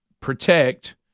Protect